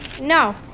No